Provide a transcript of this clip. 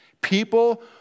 People